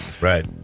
Right